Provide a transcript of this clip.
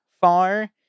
far